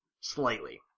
Slightly